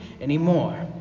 anymore